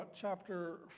chapter